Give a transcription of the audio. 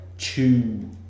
two